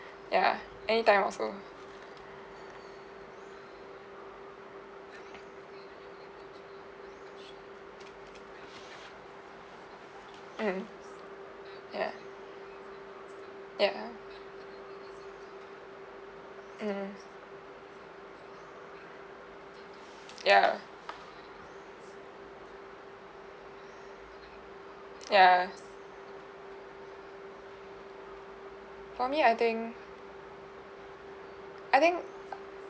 ya anytime also mmhmm ya ya mm mm ya ya for me I think I think uh